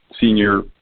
senior